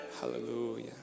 Hallelujah